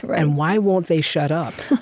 and why won't they shut up?